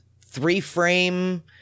three-frame